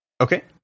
Okay